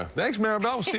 thanks, maribel.